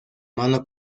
mano